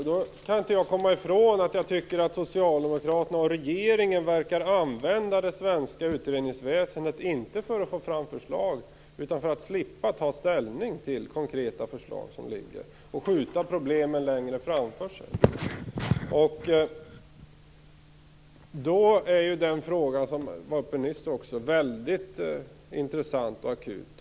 Herr talman! Jag kan inte komma ifrån att jag tycker att socialdemokraterna och regeringen verkar att använda det svenska utredningsväsendet, inte för att få fram förslag utan för att slippa ta ställning till framlagda konkreta förslag och skjuta problemen längre framför sig. Då är den fråga som nyss var uppe väldigt intressant och akut.